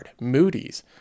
Moody's